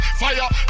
fire